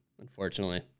unfortunately